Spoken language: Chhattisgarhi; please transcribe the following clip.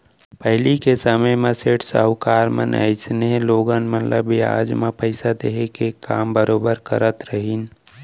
पहिली के समे म सेठ साहूकार मन अइसनहे लोगन मन ल बियाज म पइसा देहे के काम बरोबर करत रहिन